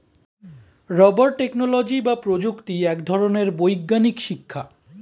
rubber technology বা প্রযুক্তি এক ধরনের বৈজ্ঞানিক শিক্ষা